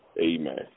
amen